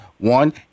one